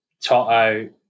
Toto